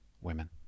women